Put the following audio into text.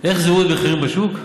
איך זה הוריד את המחירים בשוק?